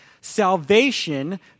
salvation